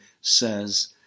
says